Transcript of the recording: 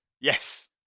yes